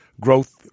growth